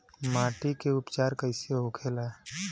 माटी के उपचार कैसे होखे ला?